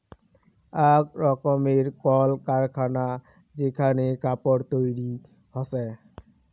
আক রকমের কল কারখানা যেখানে কাপড় তৈরী হসে